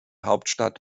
hauptstadt